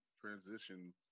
transition